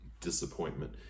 Disappointment